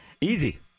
Easy